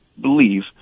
believe